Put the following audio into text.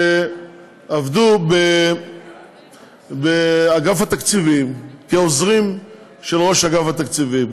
שעבדו באגף התקציבים כעוזרים של ראש אגף התקציבים,